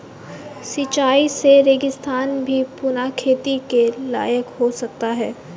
सिंचाई से रेगिस्तान भी पुनः खेती के लायक हो सकता है